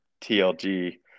TLG